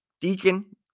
Deacon